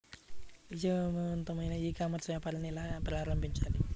విజయవంతమైన e commerce వ్యాపారాన్ని ఎలా ప్రారంభించాలి?